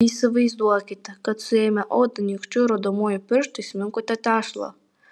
įsivaizduokite kad suėmę odą nykščiu ir rodomuoju pirštais minkote tešlą